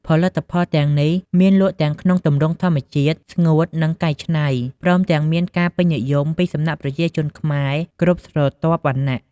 ផលិតផលទាំងនេះមានលក់ទាំងក្នុងទម្រង់ធម្មជាតិ ស្ងួត និងកែច្នៃ ព្រមទាំងមានការពេញនិយមពីសំណាក់ប្រជាជនខ្មែរគ្រប់ស្រទាប់វណ្ណៈ។